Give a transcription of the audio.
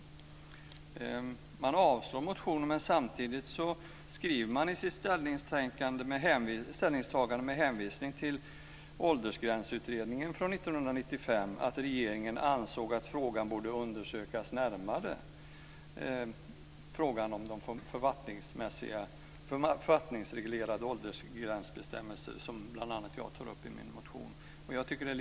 Utskottet avstyrker min motion, men samtidigt skriver utskottet i sitt ställningstagande med hänvisning till Åldersgränsutredningen från 1995 att regeringen då ansåg att frågan om de författningsreglerade åldersgränsbestämmelser som bl.a. jag tar upp i min motion borde undersökas närmare.